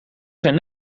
zijn